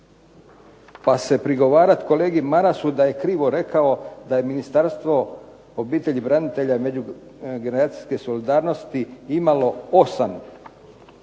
Pa se prigovarati kolegi Marasu da je krivo rekao, da je Ministarstvo obitelji, branitelja, međugeneracijske solidarnosti imalo 8